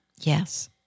Yes